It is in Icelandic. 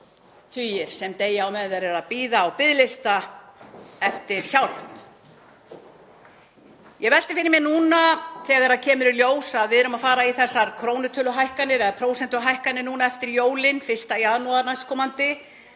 sem deyja á meðan verið er að bíða á biðlista eftir hjálp. Ég velti fyrir mér núna þegar kemur í ljós að við erum að fara í þessar krónutöluhækkanir eða prósentuhækkanir eftir jólin, 1. janúar næstkomandi